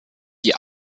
die